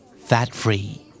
Fat-Free